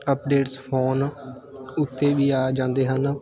updates phone ਉੱਤੇ ਵੀ ਆ ਜਾਂਦੇ ਹਨ